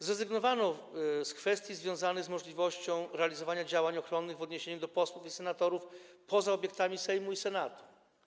Zrezygnowano z kwestii związanych z możliwością realizowania działań ochronnych w odniesieniu do posłów i senatorów poza obiektami Sejmu i Senatu.